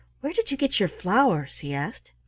where did you get your flowers? he asked.